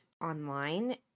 online